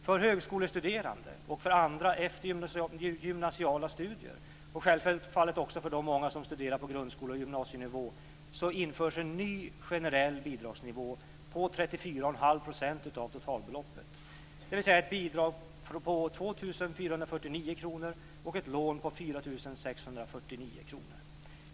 För högskolestudier samt för andra eftergymnasiala studier och självfallet även för studier på grundskole och gymnasienivå införs en ny generell bidragsnivå på 34,5 % av totalbeloppet, dvs. ett bidrag på 2 449 kr och ett lån på 4 649 kr.